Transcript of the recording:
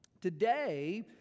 Today